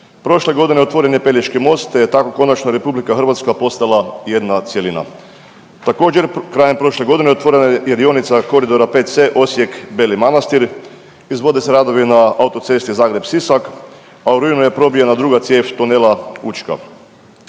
Prošle godine otvoren je Pelješki most te je tako konačno RH postala jedna cjelina. Također krajem prošle godine, otvorena je i dionica koridora 5C Osijek-Beli Manastir, izvode se radi na autocesti Zagreb-Sisak, a u rujnu je probijena druga cijev tunela Učka.